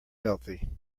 healthy